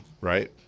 right